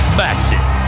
massive